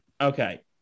Okay